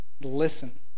listen